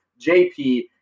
JP